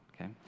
okay